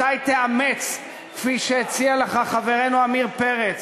מתי תאמץ, כפי שהציע לך חברנו עמיר פרץ,